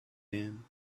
him